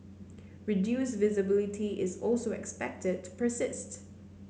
reduced visibility is also expected to persist